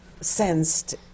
sensed